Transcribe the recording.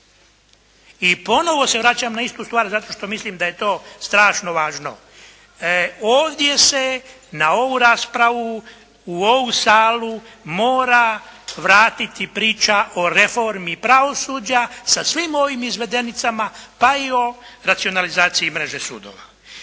I ponovo se vraćam na istu stvar zato što mislim da je to strašno važno. Ovdje se na ovu raspravu u ovu salu mora vratiti priča o reformi pravosuđa sa svim ovim izvedenicima pa i o racionalizaciji mreže sudova.